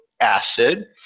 acid